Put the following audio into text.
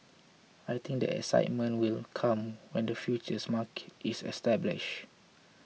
I think the excitement will come when the futures market is established